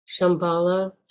Shambhala